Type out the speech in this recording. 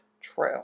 True